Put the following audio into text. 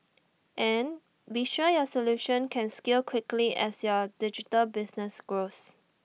and be sure your solution can scale quickly as your digital business grows